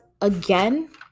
again